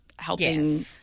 helping –